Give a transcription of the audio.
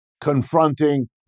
confronting